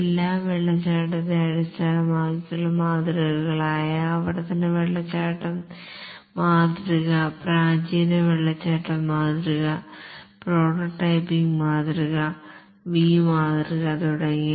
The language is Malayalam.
എല്ലാ വെള്ളച്ചാട്ടത്തെ അടിസ്ഥാനമാക്കിയുള്ള മാതൃകകളായ ആവർത്തന വാട്ടർഫാൾ മോഡൽ പ്രാചീന വാട്ടർഫാൾ മോഡൽ പ്രോട്ടോടൈപ്പിംഗ് മാതൃക വി മാതൃക തുടങ്ങിയവ